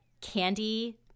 candy